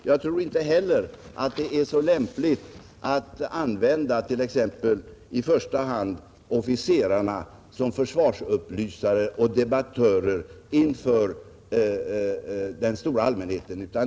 Jag tror inte heller att det är så lämpligt att använda t. ex officerarna som försvarsupplysare och debattörer inför den stora allmänheten.